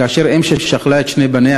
כאשר אם ששכלה את שני בניה,